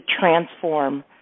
transform